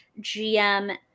GM